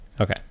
Okay